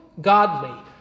godly